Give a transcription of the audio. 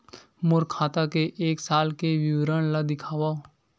मोर खाता के एक साल के विवरण ल दिखाव?